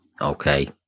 Okay